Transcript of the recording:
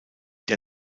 der